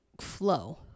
flow